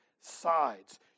sides